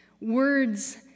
Words